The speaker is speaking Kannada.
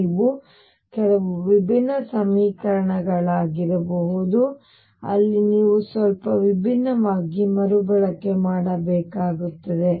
ನೀವು ಕೆಲವು ವಿಭಿನ್ನ ಸಮೀಕರಣಗಳಾಗಿರಬಹುದು ಅಲ್ಲಿ ನೀವು ಸ್ವಲ್ಪ ವಿಭಿನ್ನವಾಗಿ ಮರುಬಳಕೆ ಮಾಡಬೇಕಾಗುತ್ತದೆ